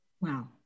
wow